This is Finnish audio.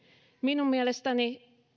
minun mielestäni